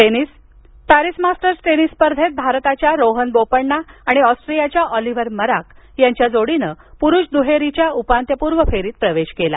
tennis Paris Masters tennis स्पर्धेत भारताच्या रोहन बोपण्णा आणि ऑस्ट्रियाच्या ऑलिव्हर मराक यांच्या जोडीनं पुरुष दुहेरीच्या उपांत्यपूर्व फेरीत प्रवेश केला